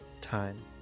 time